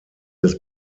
des